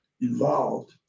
involved